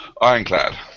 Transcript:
ironclad